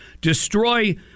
destroy